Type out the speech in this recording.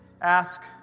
ask